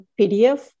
PDF